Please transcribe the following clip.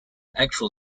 actual